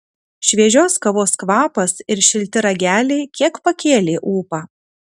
šviežios kavos kvapas ir šilti rageliai kiek pakėlė ūpą